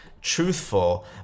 truthful